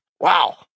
Wow